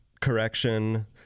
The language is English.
correction